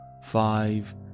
Five